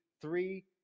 three